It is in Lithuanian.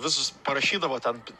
visus parašydavo ten